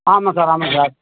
ஆமாம் சார் ஆமாம் சார்